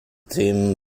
themen